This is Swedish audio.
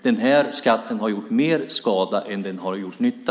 Den skatten har gjort mer skada än nytta.